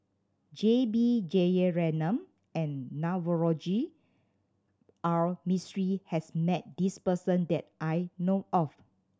J B Jeyaretnam and Navroji R Mistri has met this person that I know of